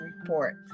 report